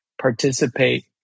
participate